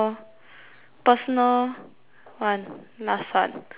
personal one last one okay